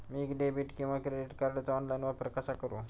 मी debit किंवा credit कार्डचा online वापर कसा करु?